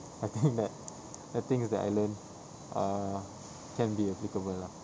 I think that the things that I learn err can be applicable lah